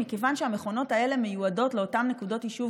מכיוון שהמכונות האלה מיועדות בעיקר לאותן נקודות יישוב